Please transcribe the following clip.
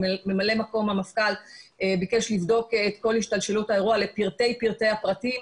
ממלא מקום המפכ"ל ביקש לבדוק את כל השתלשלות האירוע לפרטי פרטי הפרטים.